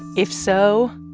if so,